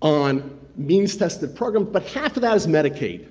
on means tested programs, but half of that is medicaid.